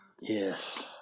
Yes